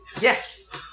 Yes